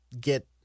get